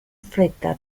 fretta